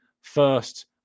First